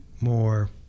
more